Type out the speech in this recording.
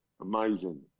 Amazing